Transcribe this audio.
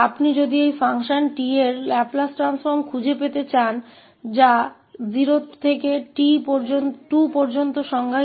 इसलिए यदि आप इस फ़ंक्शन f𝑡 के लैपलेस ट्रांसफॉर्म को खोजना चाहते हैं जिसे 0 से 2 तक परिभाषित किया गया है